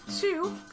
two